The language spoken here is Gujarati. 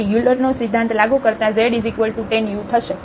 તેથી યુલરનો Euler's સિદ્ધાંત લાગુ કરતા z tan u થશે